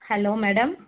hello madam